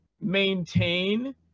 maintain